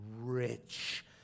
rich